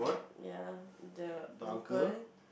ya the uncle